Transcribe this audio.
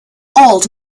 old